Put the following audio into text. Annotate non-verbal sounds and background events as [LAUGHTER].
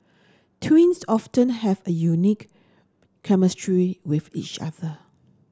twins [UNINTELLIGIBLE] have a unique chemistry with each other